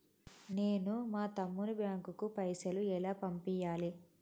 నేను మా తమ్ముని బ్యాంకుకు పైసలు ఎలా పంపియ్యాలి?